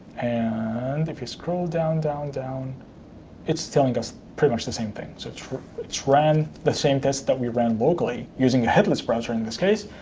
and if you scroll down, down, down it's telling us pretty much the same thing. so it's ran the same tests that we ran locally using a headless browser, in this case,